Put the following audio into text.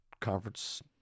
conference